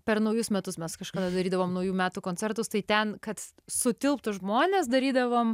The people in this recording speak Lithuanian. per naujus metus mes kažkada darydavom naujų metų koncertus tai ten kad sutilptų žmonės darydavom